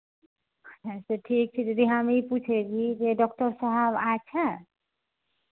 अच्छा ठीक छै दीदी हम ई पूछेगी जे डॉक्टर साहब आइल छै